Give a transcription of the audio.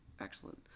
excellent